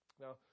Now